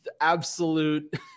absolute